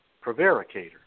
Prevaricator